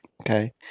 Okay